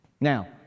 now